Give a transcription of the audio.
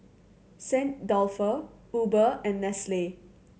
Saint Dalfour Uber and Nestle